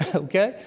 ah okay?